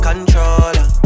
Controller